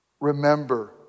Remember